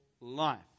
life